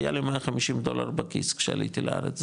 היה לי 150 דולר בכיס כשעליתי לארץ,